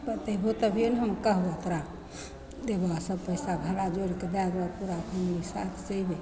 बतेबहो तभिए ने हम कहबऽ तोहरा देबऽ सब पइसा भाड़ा जोड़िके दै देबऽ तोहरा एकसाथ से